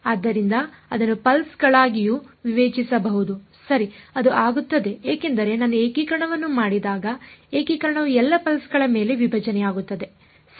ಆದ್ದರಿಂದ ಅದನ್ನು ಪಲ್ಸ್ ಗಳಾಗಿಯೂ ವಿವೇಚಿಸಬಹುದು ಸರಿ ಅದು ಆಗುತ್ತದೆ ಏಕೆಂದರೆ ನಾನು ಏಕೀಕರಣವನ್ನು ಮಾಡಿದಾಗ ಏಕೀಕರಣವು ಎಲ್ಲಾ ಪಲ್ಸ್ ಗಳ ಮೇಲೆ ವಿಭಜನೆಯಾಗುತ್ತದೆ ಸರಿ